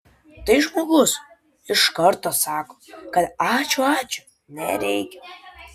tai žmogus iš karto sako kad ačiū ačiū nereikia